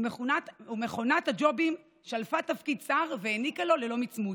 ומכונת הג'ובים שלפה תפקיד שר והעניקה לו אותו ללא מצמוץ.